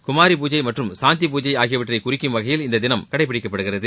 குமாரி பூஜை மற்றும் சாந்தி பூஜை ஆகியவற்றை குறிக்கும் வகையில் இந்த தினம் கடைப்பிடிக்கப்படுகிறது